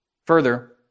Further